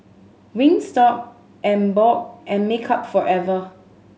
Wingstop Emborg and Makeup Forever